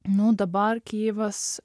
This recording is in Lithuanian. nu dabar kijevas